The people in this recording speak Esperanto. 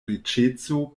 riĉeco